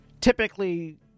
typically